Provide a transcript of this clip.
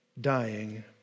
dying